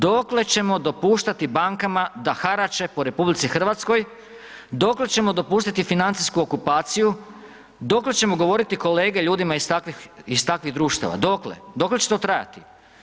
Dokle ćemo dopuštati bankama da harače po RH, dokle ćemo dopustiti financijsku okupaciju, dokle ćemo govoriti kolege ljudima iz takvih društvima dokle, dokle će to trajati?